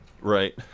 Right